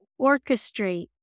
orchestrate